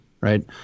right